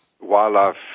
wildlife